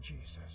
Jesus